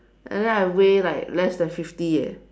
and then I weigh like less than fifty eh